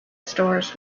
stores